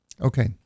Okay